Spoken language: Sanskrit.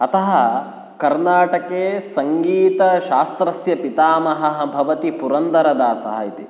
अतः कर्णाटके सङ्गीतशास्त्रस्य पितामहः भवति पुरन्दरदासः इति